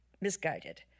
misguided